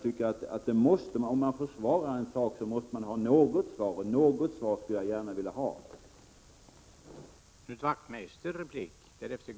Om man försvarar en sak måste man ha något svar. Jag skulle gärna vilja ha ett svar.